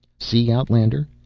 see, outlander,